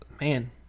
man